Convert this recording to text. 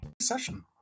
Session